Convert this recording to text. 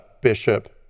Bishop